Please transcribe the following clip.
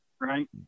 right